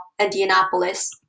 Indianapolis